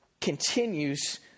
continues